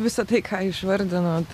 visa tai ką išvardinot